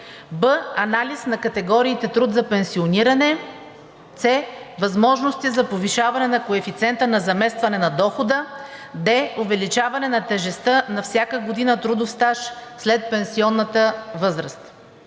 b) анализ на категориите труд за пенсиониране; c) възможности за повишаване на коефициента на заместване на дохода; d) увеличаване на тежестта на всяка година трудов стаж след пенсионната възраст.